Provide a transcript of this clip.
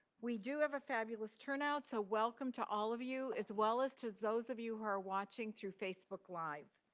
we do have a fabulous turnout, so welcome to all of you, as well as to those of you who are watching through facebook live.